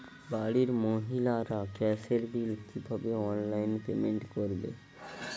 বাড়ির মহিলারা গ্যাসের বিল কি ভাবে অনলাইন পেমেন্ট করবে?